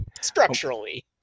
structurally